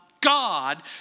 God